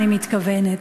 אני מתכוונת.